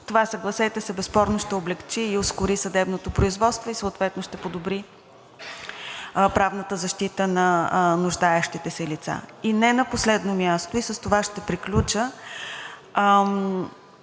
Съгласете се, това безспорно ще облекчи и ускори съдебното производство и съответно ще подобри правната защита на нуждаещите се лица. Не на последно място, с това ще приключа,